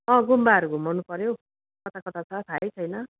अँ गुम्बाहरू घुमाउनु पर्यो कता कता छ थाहै छैन